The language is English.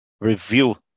review